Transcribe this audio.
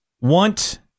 want